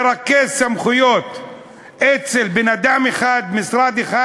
לרכז סמכויות אצל בן-אדם, משרד אחד,